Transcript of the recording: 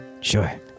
Sure